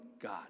God